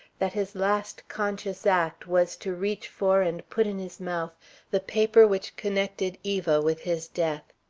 that his last conscious act was to reach for and put in his mouth the paper which connected eva with his death.